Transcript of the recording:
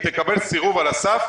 היא תקבל סירוב על הסף,